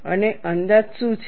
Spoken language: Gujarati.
અને અંદાજ શું છે